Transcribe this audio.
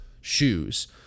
shoes